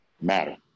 matter